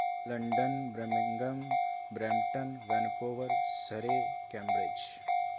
London Birmingham Brampton Vancouver Surrey cambridge